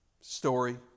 story